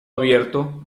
abierto